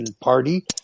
Party